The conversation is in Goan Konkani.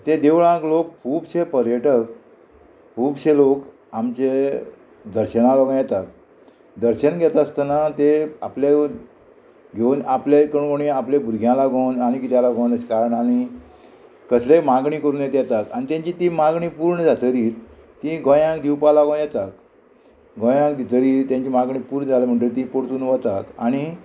तें देवळांक लोक खुबशे पर्यटक खुबशे लोक आमचे दर्शना लागोन येता दर्शन घेता आसतना ते आपले घेवन आपले कोण कोणी आपले भुरग्यांक लागोन आनी किद्या लागोन अशें कारणानी कसलेय मागणी करून येत येतात आनी तेंची ती मागणी पूर्ण जातरीत ती गोंयाक दिवपा लागोन येता गोंयाक दितरी तेंची मागणी पूर्ण जाले म्हणटगीर ती परतून वता आणी